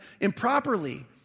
improperly